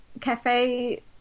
Cafe